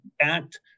act